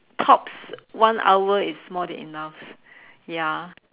tops one hour is more than enough ya